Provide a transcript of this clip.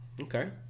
Okay